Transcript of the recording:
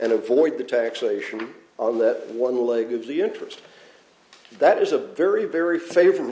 and avoid the taxation on that one leg of the interest that is a very very favor